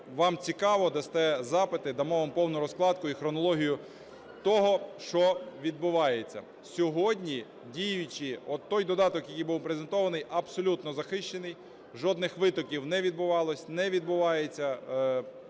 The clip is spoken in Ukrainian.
вам цікаво, дасте запит, і дамо вам повну розкладку і хронологію того, що відбувається. Сьогодні діючий отой додаток, який був презентований, абсолютно захищений, жодних витоків не відбувалося, не відбувається.